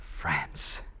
France